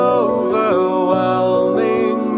overwhelming